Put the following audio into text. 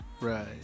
right